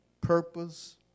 purpose